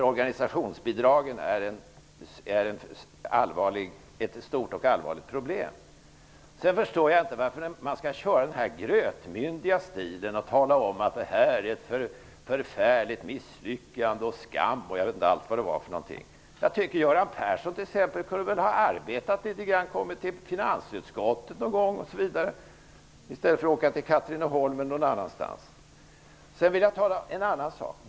Organisationsbidragen är ett stort och allvarligt problem. Jag förstår inte varför man skall behöva ha den grötmyndiga stilen och tala om ett förfärligt misslyckande och skam. Jag tycker att Göran Persson kunde ha arbetat i finansutskottet i stället för att åka till Katrineholm eller någon annanstans.